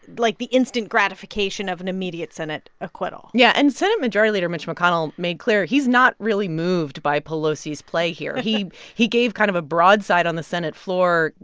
like, the instant gratification of an immediate senate acquittal yeah. and senate majority leader mitch mcconnell made clear, he's not really moved by pelosi's play here. he he gave kind of a broadside on the senate floor,